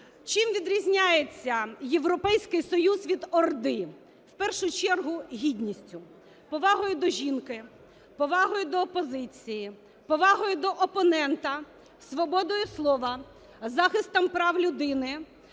Чим відрізняється Європейський Союз від орди? В першу чергу гідністю, повагою до жінки, повагою до опозиції, повагою до опонента, свободою слова, захистом прав людини,